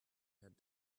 had